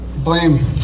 blame